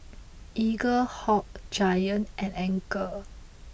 Eaglehawk Giant and Anchor